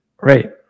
Right